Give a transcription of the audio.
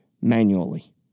manually